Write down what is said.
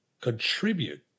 contribute